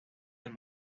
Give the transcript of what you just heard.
del